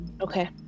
okay